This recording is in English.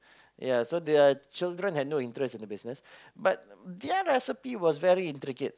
ya so their children had no interest in the business but their recipe was very intricate